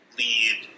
lead